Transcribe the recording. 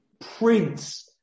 prince